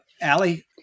Allie